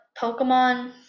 Pokemon